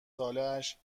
سالش